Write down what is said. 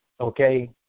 okay